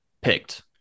picked